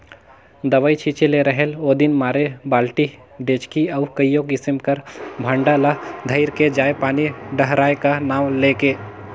दवई छिंचे ले रहेल ओदिन मारे बालटी, डेचकी अउ कइयो किसिम कर भांड़ा ल धइर के जाएं पानी डहराए का नांव ले के